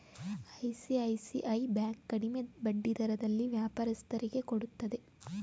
ICICI bank ಕಡಿಮೆ ಬಡ್ಡಿ ದರದಲ್ಲಿ ವ್ಯಾಪಾರಸ್ಥರಿಗೆ ಕೊಡುತ್ತದೆ